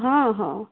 ହଁ ହଁ